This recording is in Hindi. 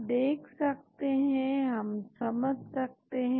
हम देख सकते हैं कि कैसे हर एक यह मैप होते हैं यानी मिलते हैं